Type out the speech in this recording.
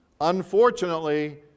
Unfortunately